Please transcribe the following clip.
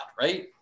right